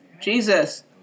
Jesus